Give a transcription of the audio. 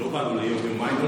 לא באנו ליום יומיים.